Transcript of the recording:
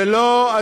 ולא,